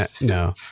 no